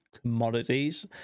commodities